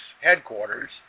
headquarters